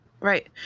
Right